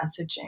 messaging